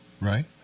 Right